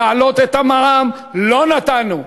להעלות את המע"מ לא נתנו.